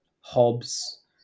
Hobbes